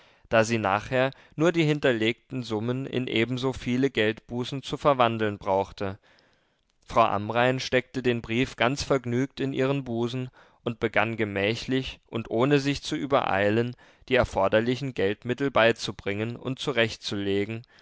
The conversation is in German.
da sie nachher nur die hinterlegten summen in ebenso viele geldbußen zu verwandeln brauchte frau amrain steckte den brief ganz vergnügt in ihren busen und begann gemächlich und ohne sich zu übereilen die erforderlichen geldmittel beizubringen und zurechtzulegen